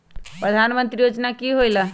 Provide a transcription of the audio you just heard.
प्रधान मंत्री योजना कि होईला?